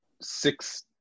Six